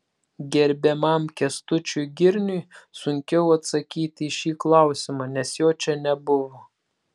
gerbiamam kęstučiui girniui sunkiau atsakyti į šį klausimą nes jo čia nebuvo